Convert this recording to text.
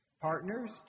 Partners